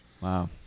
Wow